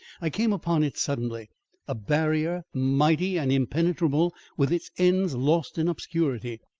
i came upon it suddenly a barrier mighty and impenetrable with its ends lost in obscurity.